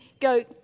go